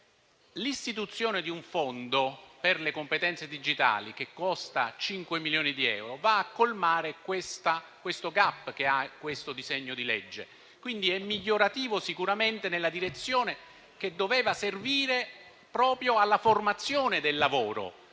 L'istituzione di un fondo per le competenze digitali, che costa 5 milioni di euro, va a colmare questo *gap* del disegno di legge in esame e, quindi, è migliorativo nella direzione che doveva servire proprio alla formazione del lavoro.